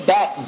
Back